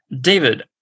David